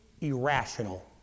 irrational